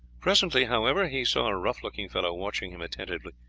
presently, however, he saw a rough-looking fellow watching him attentively.